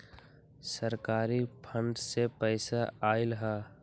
सरकारी फंड से पईसा आयल ह?